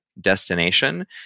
destination